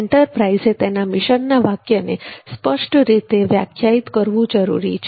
એન્ટરપ્રાઇઝે તેના મિશનના વાક્યને સ્પષ્ટ રીતે વ્યાખ્યાયિત કરવું જરૂરી છે